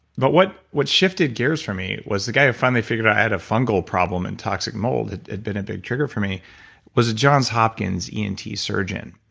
but what what shifted gears for me was the guy who finally figured out i had a fungal problem and toxic mold had been a big trigger for me was a john hopkins emt surgeon.